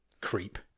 creep